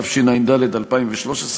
התשע"ד 2013,